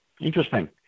Interesting